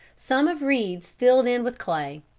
some of reeds filled in with clay.